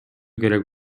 керек